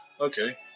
Okay